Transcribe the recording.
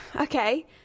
okay